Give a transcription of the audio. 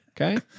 okay